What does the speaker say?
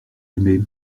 aimez